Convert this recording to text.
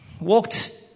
walked